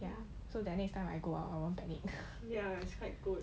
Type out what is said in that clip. ya so that next time I go out I won't panic